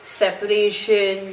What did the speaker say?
separation